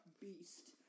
beast